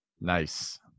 Nice